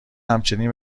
همچنین